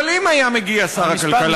אבל אם היה מגיע שר הכלכלה,